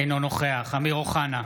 אינו נוכח אמיר אוחנה,